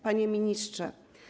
Panie Ministrze!